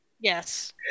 Yes